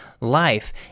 life